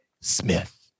Smith